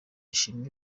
ishimwe